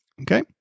Okay